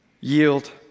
Yield